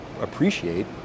appreciate